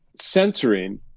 censoring